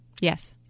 Yes